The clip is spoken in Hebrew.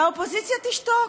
והאופוזיציה תשתוק.